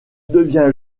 devient